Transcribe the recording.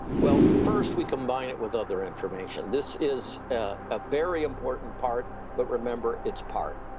well, first, we combine it with other information. this is a very important part but remember, it's part.